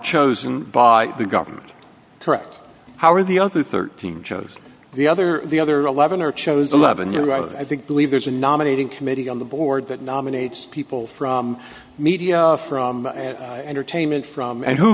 chosen by the government correct how are the other thirteen chose the other the other eleven or chose eleven you know i think believe there's a nominating committee on the board that nominates people from media from an entertainment from and who